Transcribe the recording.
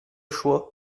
choix